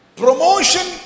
promotion